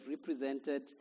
represented